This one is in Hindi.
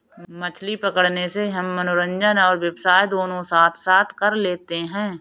मछली पकड़ने से हम मनोरंजन और व्यवसाय दोनों साथ साथ कर लेते हैं